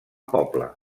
poble